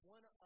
One